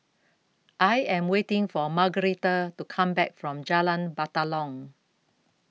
I Am waiting For Margueritta to Come Back from Jalan Batalong